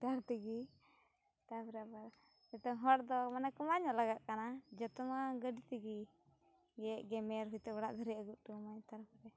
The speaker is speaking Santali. ᱴᱮᱠᱴᱟᱨ ᱛᱮᱜᱮ ᱛᱟᱨᱯᱚᱨᱮ ᱟᱵᱟᱨ ᱦᱚᱲ ᱫᱚ ᱢᱟᱱᱮ ᱠᱚᱢᱟ ᱧᱚᱜ ᱞᱟᱜᱟ ᱠᱟᱱᱟ ᱡᱚᱛᱚ ᱢᱟ ᱜᱟᱹᱰᱤ ᱛᱮᱜᱮ ᱜᱮᱫ ᱜᱮᱢᱮᱨ ᱦᱚᱭᱛᱳ ᱚᱲᱟᱜ ᱫᱷᱟᱹᱵᱤᱡ ᱮ ᱟᱹᱜᱩ ᱦᱚᱴᱚ ᱟᱢᱟᱭ ᱛᱟᱨᱯᱚᱨᱮ